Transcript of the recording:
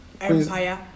Empire